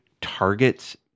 targets